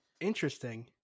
Interesting